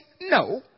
No